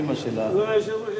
אמא שלה.